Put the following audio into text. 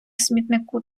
смітнику